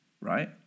right